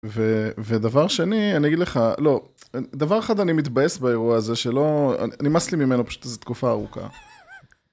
ודבר שני, אני אגיד לך, לא, דבר אחד אני מתבאס באירוע הזה שלא, נצאס לי ממנו, פשוט זו תקופה ארוכה.